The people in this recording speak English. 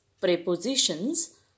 prepositions